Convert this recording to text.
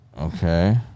Okay